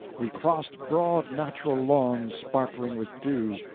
we crossed broad natural lawns sparkling with dew,